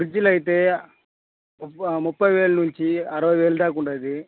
ఫ్రిడ్జ్లు అయితే ముప ముప్పై వేలు నుంచి అరవై వేలు దాకా ఉంది